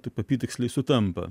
taip apytiksliai sutampa